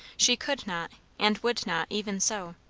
she could not and would not, even so.